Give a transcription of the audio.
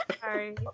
sorry